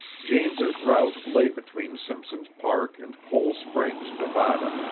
james's route lay between simpson's park and cole springs, nevada,